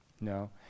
No